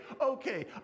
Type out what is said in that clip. okay